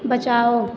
बचाओ